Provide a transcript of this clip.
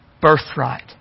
birthright